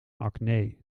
acne